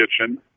kitchen